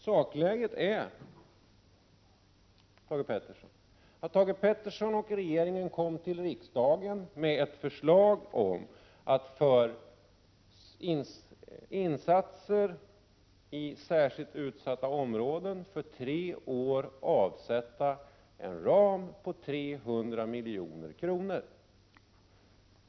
Sakläget var det att Thage G Peterson och regeringen kom till riksdagen med ett förslag om att för insatser i särskilt utsatta områden under tre år avsätta en ram på 300 milj.kr.